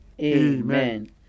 Amen